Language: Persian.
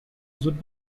زود